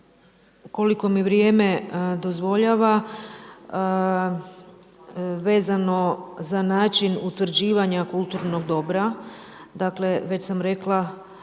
koliko mi vrijeme dozvoljava, vezano za način utvrđivanja kulturnog dobra, dakle već sam rekla,